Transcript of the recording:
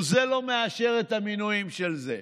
זה לא מאשר את המינויים של זה,